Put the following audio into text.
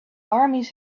armies